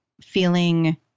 feeling